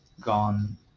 gone